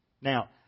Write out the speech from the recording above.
Now